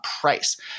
price